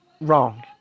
wrong